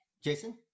Jason